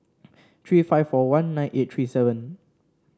three five four one nine eight three seven